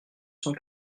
cent